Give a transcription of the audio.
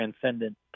transcendent